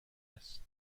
است